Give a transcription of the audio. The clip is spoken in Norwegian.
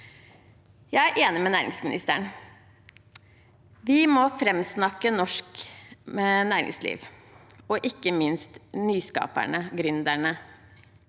Jeg er enig med næringsministeren: Vi må framsnakke norsk næringsliv og ikke minst nyskaperne, gründerne.